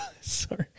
sorry